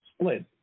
split